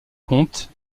comte